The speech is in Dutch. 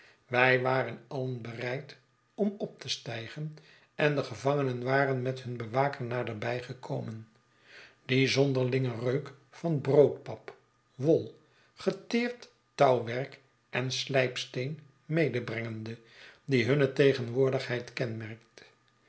wij waren alien bereid om op te stijgen en de gevangenen waren met hun bewaker naderbij gekomen dien zonderlingen reuk van broodpap wol geteerd touwwerk eh slijpsteen medebrengende die hunne tegen woordigheid kenmerkt